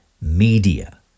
media